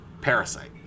Parasite